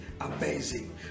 amazing